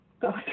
go